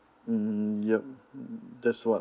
mm yup that's what